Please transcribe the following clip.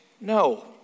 No